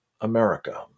America